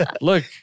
Look